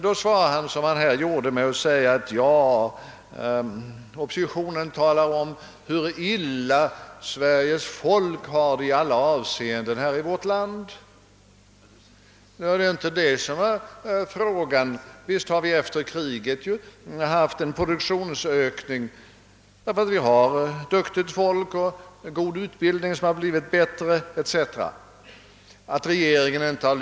: Då svarar finansministern som han här gjorde. Han sade ungefär: »Oppositionen talar om hur illa Sveriges folk har det i alla avseenden.» Det är inte detta frågan gäller. Visst har vi efter kriget haft en produktionsökning beroende på att vi har duktigt folk med god utbildning som blivit än bättre. Att regeringen inte har.